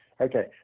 Okay